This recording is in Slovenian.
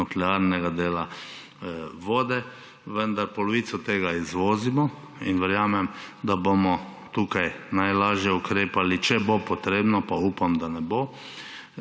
nuklearnega dela, vode, vendar polovico tega izvozimo in verjamem, da bomo tukaj najlažje ukrepali, če bo potrebno, pa upam, da ne bo,